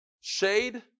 shade